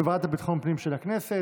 לוועדת ביטחון הפנים נתקבלה.